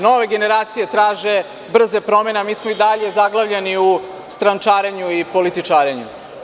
Nove generacije traže brze promene, a mi smo i dalje zaglavljeni u strančarenju i političarenju.